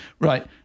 Right